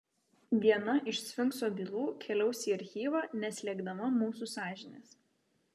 viena iš sfinkso bylų keliaus į archyvą neslėgdama mūsų sąžinės